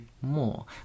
more